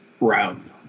round